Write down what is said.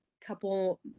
couple